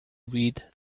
read